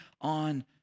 on